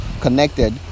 connected